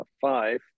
five